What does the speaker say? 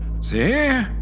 See